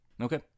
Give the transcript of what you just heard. Okay